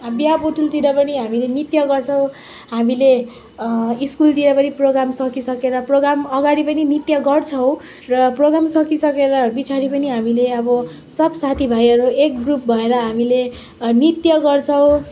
बिहाबटुलतिर पनि हामीले नृत्य गर्छौँ हामीले स्कुलतिर पनि प्रोग्राम सकिसकेर प्रोग्राम अगाडि पनि नृत्य गर्छौँ र प्रोगाम सकिसकेर पछाडि पनि हामीले अब सब साथीभाइहरू एक ग्रुप भएर हामीले नृत्य गर्छौँ